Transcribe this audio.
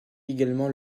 également